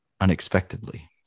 unexpectedly